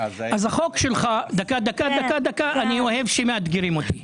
אני אוהב שמאתגרים אותי.